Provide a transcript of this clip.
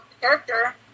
character